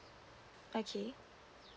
okay